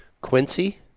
Quincy